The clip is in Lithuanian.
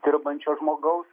dirbančio žmogaus